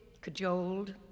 cajoled